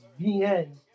VN